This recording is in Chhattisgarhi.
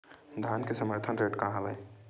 धान के समर्थन रेट का हवाय?